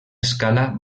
escala